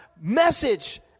message